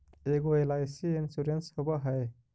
ऐगो LIC insurance होव है?